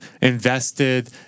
invested